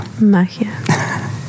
magia